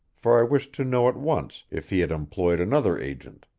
for i wished to know at once if he had employed another agent.